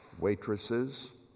waitresses